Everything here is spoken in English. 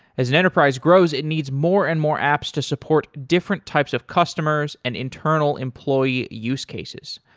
as an enterprise grows, it needs more and more apps to support different types of customers and internal employee use cases.